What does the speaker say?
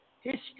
history